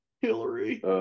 Hillary